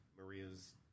Maria's